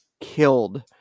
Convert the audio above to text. killed